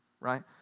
Right